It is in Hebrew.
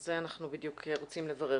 את זה בדיוק אנחנו רוצים לברר.